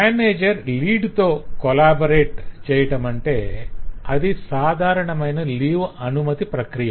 manager lead తో collaborate సహకరించటం collaborate చేయటమంటే అది సాధారణమైన లీవ్ అనుమతి ప్రక్రియ